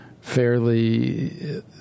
fairly